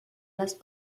las